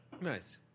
nice